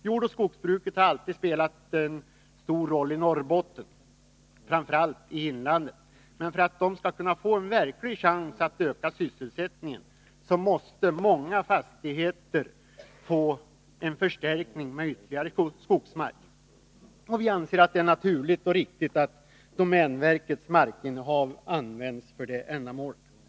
Jordoch skogsbruket har alltid spelat en stor roll i Norrbotten, framför allt i inlandet, men för att det skall kunna ge en verklig chans att öka sysselsättningen måste många fastigheter få en förstärkning med ytterligare skogsmark. Och vi anser att det är naturligt och riktigt att domänverkets markinnehav används för det ändamålet. Fru talman!